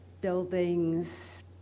Buildings